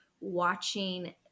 watching